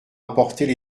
apportées